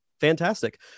Fantastic